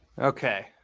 Okay